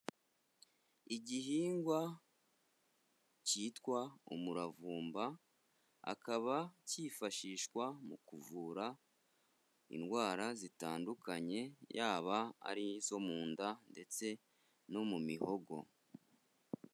Igihingwa cyitwa umuravumba akaba cyifashishwa mu kuvura indwara zitandukanye, yaba ari izo mu nda ndetse no mu mihogo.